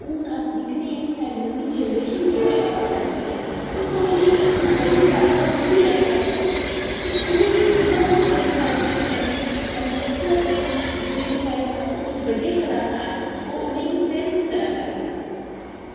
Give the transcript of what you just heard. ते हून अस दिक्खा करने आं की साढ़ी जेह्ड़ी नमीं जनरेशन ऐ ओह् दिक्खा करदी ऐ ओह् डोगरी च अपनी बड़ी जादा रुचि रक्खा करदी ऐ ते ओह् साढ़े जेह्ड़े कुदै ना कुदै जेह्ड़े अनसेस्टर रेह न ते हून साढ़े जेह्के बड्डे कलाकार न ओह् उनेंगी प्रेरित करा करदे न